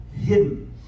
hidden